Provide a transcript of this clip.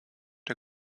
der